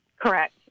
Correct